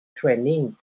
training